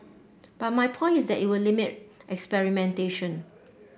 but my point is that it will limit experimentation